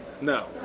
No